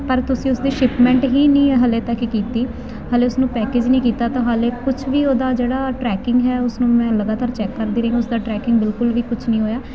ਪਰ ਤੁਸੀਂ ਉਸਦੀ ਸ਼ਿਪਮੈਂਟ ਹੀ ਨਹੀਂ ਹਾਲੇ ਤੱਕ ਕੀਤੀ ਹਾਲੇ ਉਸਨੂੰ ਪੈਕੇਜ ਨਹੀਂ ਕੀਤਾ ਤਾਂ ਹਾਲੇ ਕੁਛ ਵੀ ਉਹਦਾ ਜਿਹੜਾ ਟਰੈਕਿੰਗ ਹੈ ਉਸਨੂੰ ਮੈਂ ਲਗਾਤਾਰ ਚੈੱਕ ਕਰਦੀ ਰਹੀ ਉਸਦਾ ਟਰੈਕਿੰਗ ਬਿਲਕੁਲ ਵੀ ਕੁਝ ਨਹੀਂ ਹੋਇਆ